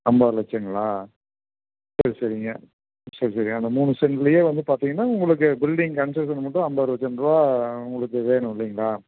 ஐம்பது லட்சம்ங்களா சரி சரிங்க சரி சரி அந்த மூணு சென்ட்லேயே வந்து பார்த்திங்கனா உங்களுக்கு பில்டிங் கன்ஸ்ட்ரக்ஷனுக்கு மட்டும் ஐம்பது லட்சம்ருவா உங்களுக்கு வேணும் இல்லைங்களா